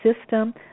system